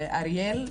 לאריאל,